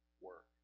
work